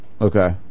Okay